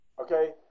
okay